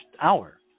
hour